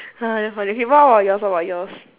damn funny what about yours what about yours